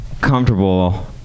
comfortable